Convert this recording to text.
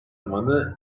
limanı